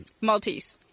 Maltese